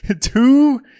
two